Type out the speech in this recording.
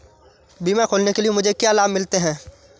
बीमा खोलने के लिए मुझे क्या लाभ मिलते हैं?